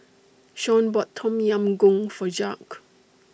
Shaun bought Tom Yam Goong For Jacques